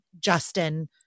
Justin